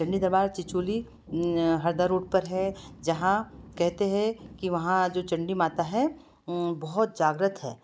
Chandi Darbar Chicholi Hardah road पर है जहाँ कहते हैं कि वहाँ जो चंडी माता है बहुत जागृत है